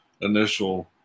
initial